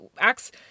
acts